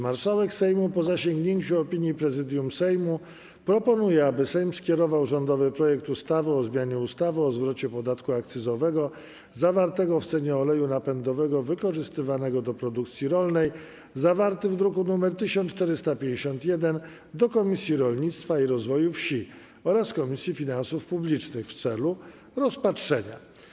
Marszałek Sejmu, po zasięgnięciu opinii Prezydium Sejmu, proponuje, aby Sejm skierował rządowy projekt ustawy o zmianie ustawy o zwrocie podatku akcyzowego zawartego w cenie oleju napędowego wykorzystywanego do produkcji rolnej, zawarty w druku nr 1451, do Komisji Rolnictwa i Rozwoju Wsi oraz Komisji Finansów Publicznych w celu rozpatrzenia.